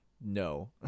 no